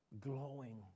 Glowing